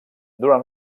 durant